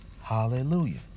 Hallelujah